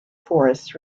forests